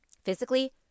Physically